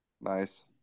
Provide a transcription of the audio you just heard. Nice